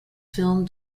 film